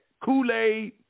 Kool-Aid